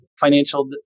financial